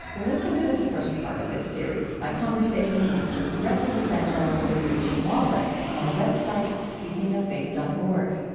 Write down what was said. listen to the first part of this series, my conversation with progressive evangelical leader jim wallis, on our web site, speakingoffaith dot org.